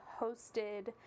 hosted